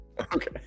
Okay